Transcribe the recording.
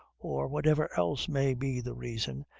or whatever else may be the reason,